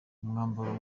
umwambaro